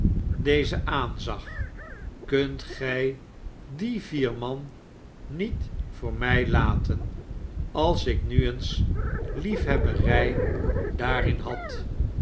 dezen aanzag kunt gij die vier man niet voor mij laten als i nu eens liefhebberij daarin had